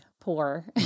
poor